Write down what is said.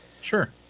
Sure